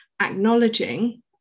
acknowledging